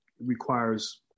requires